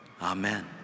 Amen